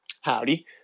Howdy